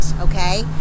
okay